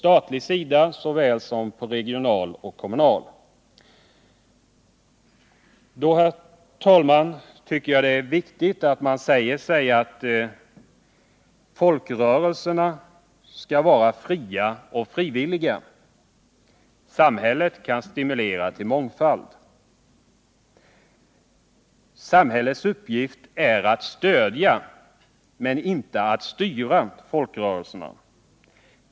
Detta gäller såväl på statlig som på regional och på kommunal nivå. Herr talman! Jag anser det vara viktigt att folkrörelserna får vara fria och frivilliga. Samhället kan stimulera till mångfald. Men folkrörelserna får inte departementiseras av någon tvivelaktig dirigeringslusta. Samhällets uppgift äratt stödja folkrörelserna, inte att styra dem.